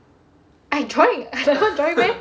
I joined I never join meh